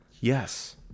yes